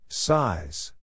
Size